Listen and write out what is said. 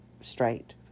straight